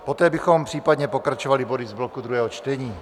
Poté bychom případně pokračovali body z bloku druhého čtení.